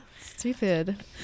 stupid